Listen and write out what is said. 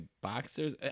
boxers